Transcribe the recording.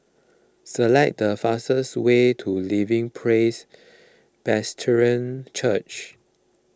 select the fastest way to Living Praise Presbyterian Church